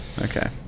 Okay